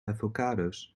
avocados